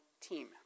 team